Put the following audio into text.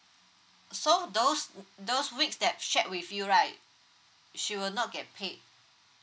so those t~ those weeks that shared with you right she will not get paid